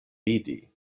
vidi